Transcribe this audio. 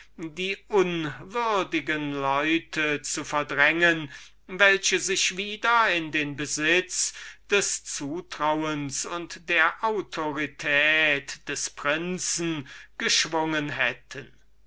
die unwürdigen leute zu verdrängen welche sich wieder in den besitz des zutrauens und der autorität des tyrannen geschwungen hätten